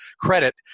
credit